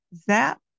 ZAP